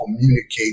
communicate